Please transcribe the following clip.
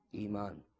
Iman